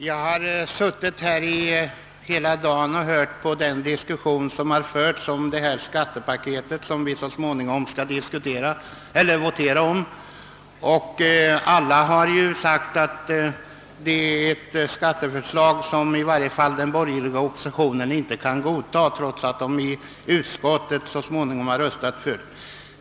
Herr talman! Jag har under hela dagen suttit och hört på den diskussion som förts om det skattepaket som vi så småningom skall votera om. Alla har sagt att det är ett skatteförslag som i varje fall den borgerliga oppositionen inte kan godta, trots att den i utskottet så småningom har röstat för detsamma.